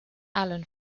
allen